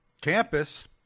campus